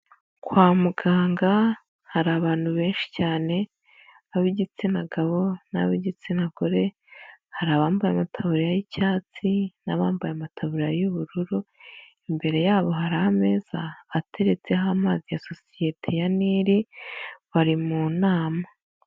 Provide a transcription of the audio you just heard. Kwa muganga hari abantu benshi cyane, ab'igitsina gabo n'ab'igitsina gore, hari abambaye amataburiya y'icyatsi n'abambaye amataburiya y'ubururu, imbere yabo hari ameza ateretseho amazi ya sosiyete ya Nili bari mu nama.